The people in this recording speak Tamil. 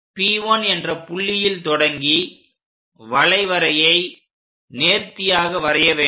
P1 என்ற புள்ளியில் தொடங்கி வளைவரையை நேர்த்தியாக வரைய வேண்டும்